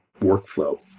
workflow